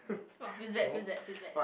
!wah! feels bad feels bad feels bad